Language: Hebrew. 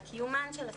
על קיומן של הסדנאות,